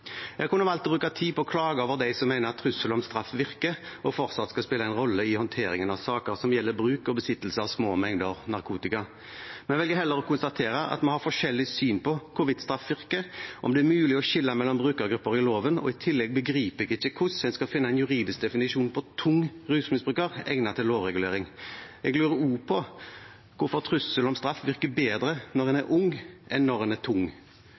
Jeg kunne valgt å bruke tid på å klage over dem som mener at trussel om straff virker og fortsatt skal spille en rolle i håndteringen av saker som gjelder bruk og besittelse av små mengder narkotika, men velger heller å konstatere at vi har forskjellig syn på hvorvidt straff virker, og om det er mulig å skille mellom brukergrupper i loven. I tillegg begriper jeg ikke hvordan en skal finne en juridisk definisjon på «tung rusmisbruker» egnet til lovregulering. Jeg lurer også på hvorfor trussel om straff virker bedre når en er ung enn når en er tung.